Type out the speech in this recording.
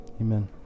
amen